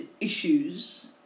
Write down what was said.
issues